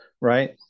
Right